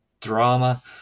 drama